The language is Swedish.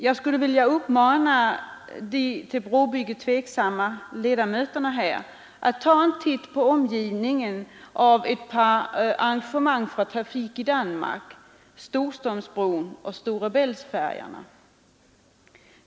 Jag skulle vilja uppmana de till brobygget tveksamma ledamöterna här att ta en titt på omgivningen vid ett par arrangemang för trafik i Danmark: Storströmsbron och Stora Bältfärjorna.